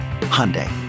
Hyundai